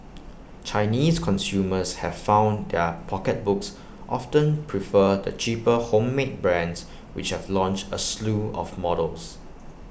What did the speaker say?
Chinese consumers have found their pocketbooks often prefer the cheaper homemade brands which have launched A slew of models